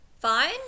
fine